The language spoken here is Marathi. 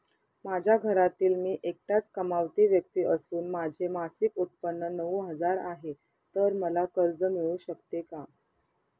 माझ्या घरातील मी एकटाच कमावती व्यक्ती असून माझे मासिक उत्त्पन्न नऊ हजार आहे, तर मला कर्ज मिळू शकते का?